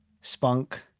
spunk